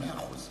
במאה אחוז.